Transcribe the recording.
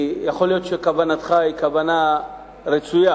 יכול להיות שכוונתך היא כוונה רצויה,